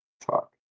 talk